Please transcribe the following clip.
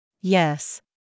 Yes